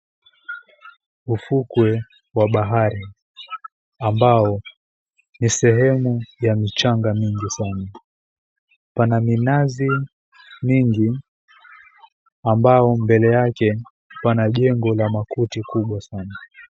Ufukwe wa bahari ambao ni sehemu ya michanga mingi sana. Pana minazi mingi ambao mbele yake pana jengo la makuti kubwa sana.